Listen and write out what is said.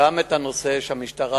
גם את הנושא שהמשטרה,